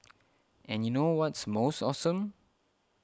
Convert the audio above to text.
and you know what's most awesome